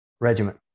Regiment